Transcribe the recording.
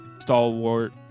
stalwart